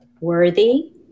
worthy